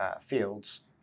fields